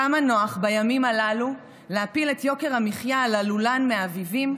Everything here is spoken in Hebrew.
כמה נוח בימים הללו להפיל את יוקר המחיה על הלולן מאביבים,